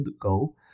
go